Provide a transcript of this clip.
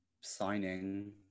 signing